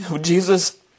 Jesus